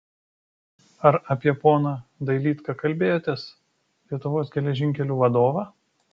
ar apie poną dailydką kalbėjotės lietuvos geležinkelių vadovą